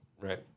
right